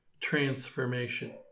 transformation